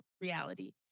reality